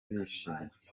bishimye